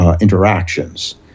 interactions